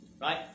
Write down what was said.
Right